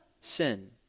Sin